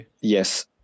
yes